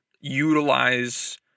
utilize